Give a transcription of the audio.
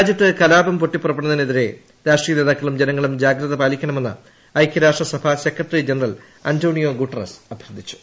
രാജ്യത്ത് കലാപം പൊട്ടിപ്പുറപ്പെടുന്നതിനെതിരെ രാഷ്ട്രീയനേതാക്കളും ജനങ്ങളും ജാഗ്രത പാലിക്കണമെന്ന് ഐക്യരാഷ്ട്രസഭ സെക്രട്ടറി ജനറൽ അന്റോണിയോ ഗുട്ടറസ് അഭ്യർത്ഥിച്ചു